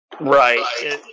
right